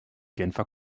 genfer